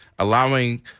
Allowing